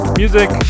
music